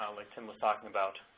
um like tim was talking about.